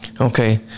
Okay